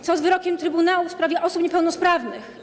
Co z wyrokiem trybunału w sprawie osób niepełnosprawnych?